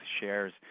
shares